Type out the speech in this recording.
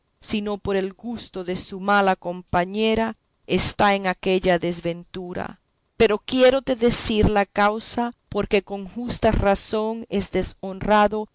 sino por el gusto de su mala compañera está en aquella desventura pero quiérote decir la causa por que con justa razón es deshonrado